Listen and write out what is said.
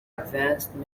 advanced